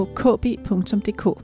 kb.dk